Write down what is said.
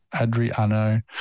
Adriano